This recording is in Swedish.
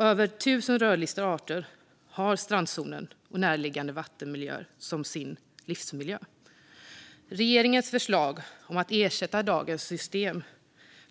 Över tusen rödlistade arter har strandzonen och närliggande vattenmiljöer som sin livsmiljö. Regeringens förslag att ersätta dagens system